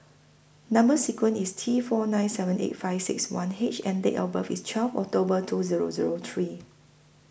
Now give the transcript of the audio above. Number sequence IS T four nine seven eight five six one H and Date of birth IS twelve October two Zero Zero three